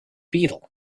beetle